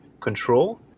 control